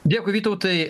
dėkui vytautai